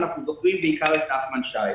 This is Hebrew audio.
אנחנו זוכרים בעיקר את נחמן שי.